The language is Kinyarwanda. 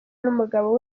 n’umugabo